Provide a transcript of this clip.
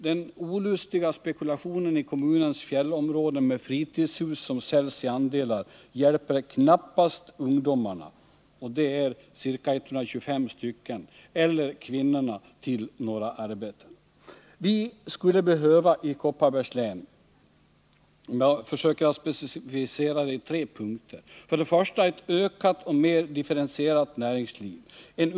Den olustiga spekulationen i kommunens fjällområden med fritidshus som säljs i andelar hjälper knappast ungdomarna, som är ca 125 st., eller kvinnorna till några arbeten. I Kopparbergs län skulle vi behöva — jag försöker specificera det i tre punkter: 1. Ett ökat och mera differentierat näringsliv.